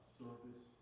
service